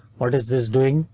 what is this doing?